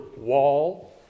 wall